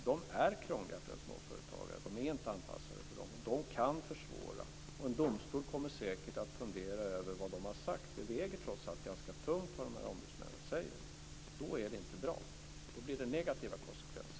De är krångliga för en småföretagare. De är inte anpassade för dem. De kan försvåra. En domstol kommer säkert att fundera över vad de har sagt. Det väger trots allt ganska tungt vad dessa ombudsmän säger. Då är det inte bra. Då blir det negativa konsekvenser.